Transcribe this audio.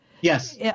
Yes